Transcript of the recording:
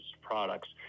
products